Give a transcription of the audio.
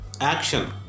Action